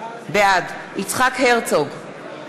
בעד יצחק הרצוג,